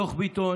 דוח ביטון